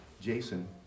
Jason